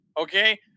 Okay